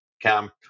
camp